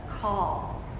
call